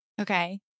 Okay